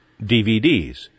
DVDs